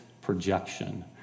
projection